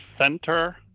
center